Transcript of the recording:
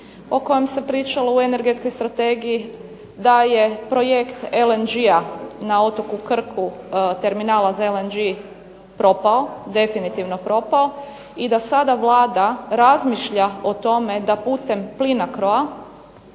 o kojem se pričalo u Energetskoj strategiji, da je projekt LNG-a na otoku Krku terminala za LNG propao, definitivno propao i da sada Vlada razmišlja o tome da putem Plinacro-a